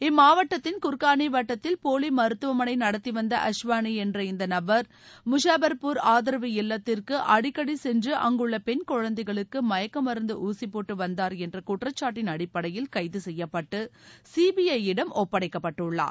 இம்மாவட்டத்தின் குர்கானி வட்டத்தில் போலி மருத்துவமனை நடத்திவந்த அஷ்வானி என்ற இந்த நபர் முஷாஃபர்பூர் ஆதரவு இல்லத்திற்கு அடிக்கடி சென்று அங்குள்ள பெண் குழந்தைகளுக்கு மயக்க மருந்து ஊசிபோட்டு வந்தார் என்ற குற்றச்சாட்டு அடிப்படையில் கைது செய்யப்பட்டு சீபிஐ யிடம் ஒப்படைக்கப்பட்டுள்ளார்